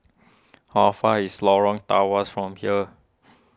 how far is Lorong Tawas from here